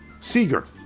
Seeger